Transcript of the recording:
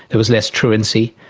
there was less truancy.